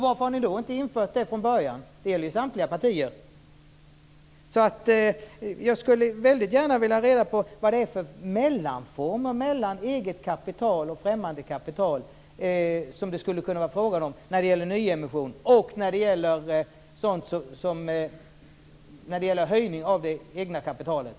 Varför har ni då inte infört det från början? Det gäller samtliga partier. Jag skulle väldigt gärna vilja ha reda på vad det är för mellanformer mellan eget kapital och främmande kapital som det skulle kunna vara frågan om när det gäller nyemission och när det gäller höjning av det egna kapitalet.